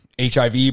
hiv